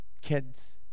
kids